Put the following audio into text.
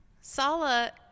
Sala